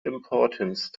importance